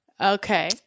Okay